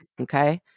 Okay